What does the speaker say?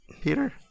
Peter